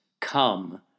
Come